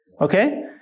Okay